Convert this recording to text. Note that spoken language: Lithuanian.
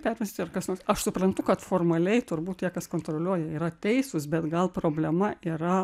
pervesti ar kas nors aš suprantu kad formaliai turbūt tie kas kontroliuoja yra teisūs bet gal problema yra